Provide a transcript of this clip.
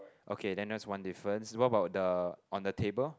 okay then that's one difference what about the on the table